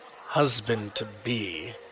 husband-to-be